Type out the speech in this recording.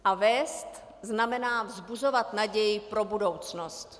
A vést znamená vzbuzovat naději pro budoucnost.